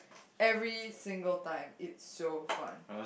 every single time it's so fun